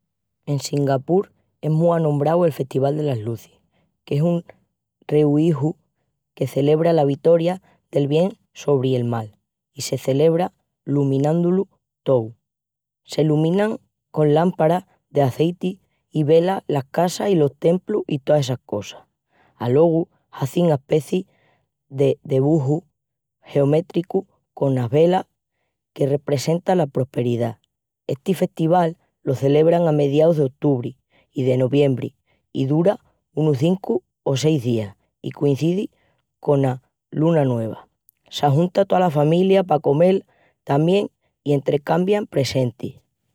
En Singapur es mu anombrau el Festival delas Luzis, que es un rehuiju que celebra la vitoria del bien sobri el mal i se celebra luminandu-lu tou. Se luminan con lámpara d'azeiti i velas las casas i los templus i toas essas cosas. Alogu hazin aspeci de debuju geométricu conas velas que representa la prosperidá. Esti festival lo celebran a mediaus d'otubri i de noviembri i dura unus cincu o seis días i concidi cona Luna Nueva. S'ajunta tola familia pa comel tamién i entrecambian presentis.